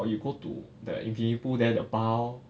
or you go to that infinity pool there the bar lor